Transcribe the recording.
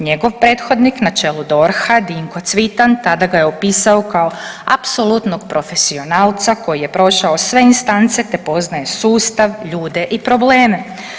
Njegov prethodnik na čelu DORH-a Dinko Cvitan tada ga je opisao kao apsolutnog profesionalca koji je prošao sve instance te poznaje sustav, ljude i probleme.